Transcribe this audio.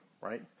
right